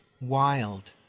wild